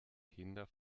kinder